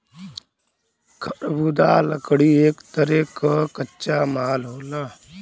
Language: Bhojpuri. खरबुदाह लकड़ी एक तरे क कच्चा माल होला